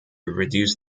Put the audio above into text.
reduce